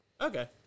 Okay